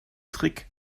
trick